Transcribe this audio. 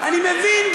אני מבין,